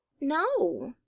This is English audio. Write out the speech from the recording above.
No